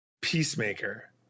Peacemaker